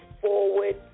forward